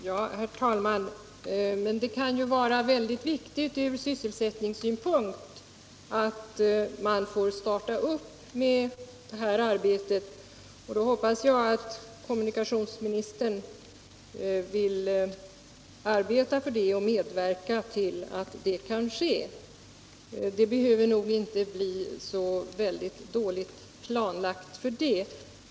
Herr talman! Men det kan vara mycket viktigt ur sysselsättningssynpunkt att man får starta med detta arbete, och jag hoppas att kommunikationsministern vill arbeta för det och medverka till att det kan ske. Det behöver nog inte bli så dåligt planlagt för det!